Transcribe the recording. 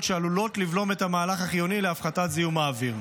שעלולות לבלום את המהלך החיוני להפחתת זיהום האוויר.